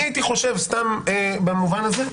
אני הייתי חושב, במובן הזה,